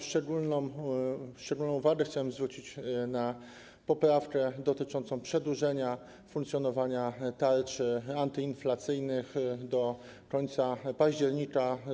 Szczególną uwagę chciałem zwrócić na poprawkę dotyczącą przedłużenia funkcjonowania tarczy antyinflacyjnych do końca października.